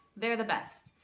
they're the best!